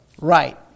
Right